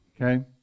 okay